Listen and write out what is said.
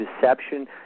deception